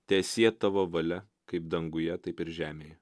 teesie tavo valia kaip danguje taip ir žemėje